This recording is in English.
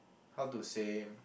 how to say